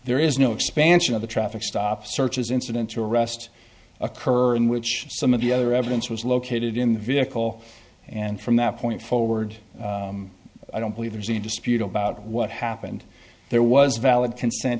there is no expansion of the traffic stops searches incident to arrest occur in which some of the other evidence was located in the vehicle and from that point forward i don't believe there's any dispute about what happened there was valid consent